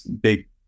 big